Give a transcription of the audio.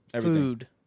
food